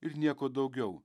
ir nieko daugiau